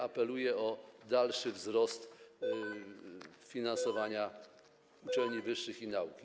Apeluję o dalszy wzrost finansowania uczelni wyższych i nauki.